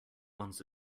once